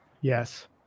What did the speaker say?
Yes